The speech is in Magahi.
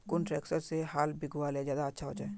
कुन ट्रैक्टर से हाल बिगहा ले ज्यादा अच्छा होचए?